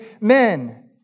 men